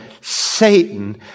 Satan